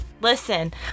Listen